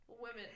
women